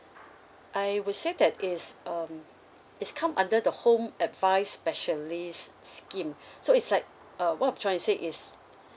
I would say that is um it's come under the home advise specialist scheme so it's like uh what I'm trying to say is